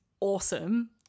awesome